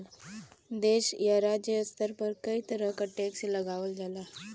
देश या राज्य स्तर पर कई तरह क टैक्स लगावल जाला